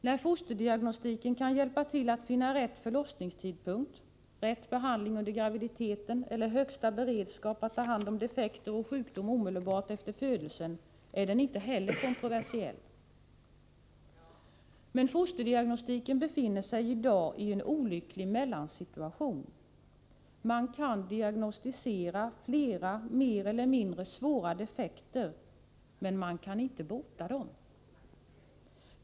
När fosterdiagnostiken kan hjälpa till att finna rätt förlossningstidpunkt och rätt behandling under graviditeten eller att skapa högsta beredskap att ta hand om defekter och sjukdom omedelbart efter födelsen är den heller inte kontroversiell. Men fosterdiagnostiken befinner sig i dag i en olycklig mellansituation. Man kan diagnostisera flera mer eller mindre svåra defekter, men man kan inte åtgärda dem.